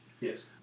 Yes